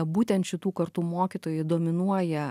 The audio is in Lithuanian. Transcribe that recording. būtent šitų kartų mokytojai dominuoja